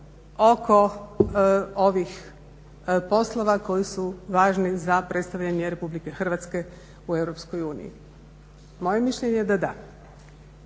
oko ovih poslova koji su važni za predstavljanje Republike Hrvatske u Europskoj uniji? Moje mišljenje da da.